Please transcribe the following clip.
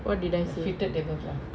what did I say